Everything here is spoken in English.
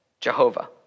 Jehovah